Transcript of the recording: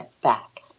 back